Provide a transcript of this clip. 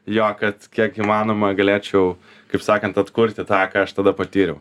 jo kad kiek įmanoma galėčiau kaip sakant atkurti tą ką aš tada patyriau